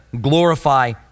glorify